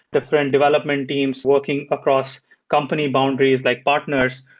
different development teams working across company boundaries, like partners,